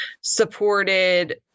supported